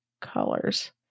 colors